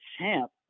champ